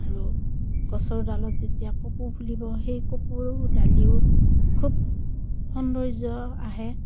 আৰু গছৰ ডালত যেতিয়া কপৌ ফুলিব সেই কপৌৰ ডালিও খুব সৌন্দৰ্য আহে